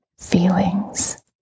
feelings